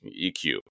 EQ